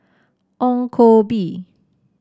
Ong Koh Bee